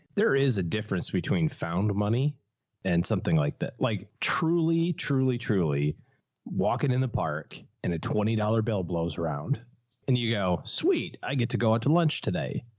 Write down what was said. there is a difference between found money and something like that. like truly, truly, truly walking in the park and a twenty dollars bill blows around and you go, sweet, i get to go out to lunch today.